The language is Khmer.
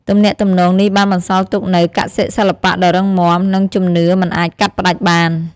ទំនាក់ទំនងនេះបានបន្សល់ទុកនូវកសិសិល្បៈដ៏រឹងមាំ និងជំនឿមិនអាចកាត់ផ្ដាច់បាន។